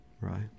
Right